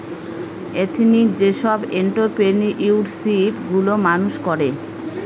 ethnic যেসব entrepreneurship গুলো মানুষ করে